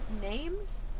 names